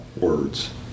words